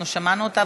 אנחנו שמענו אותה,